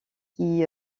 qui